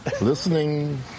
Listening